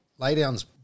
laydowns